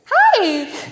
Hi